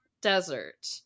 Desert